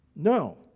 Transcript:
No